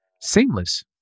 seamless